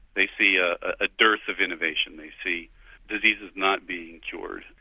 they see a ah dearth of innovation. they see diseases not being cured.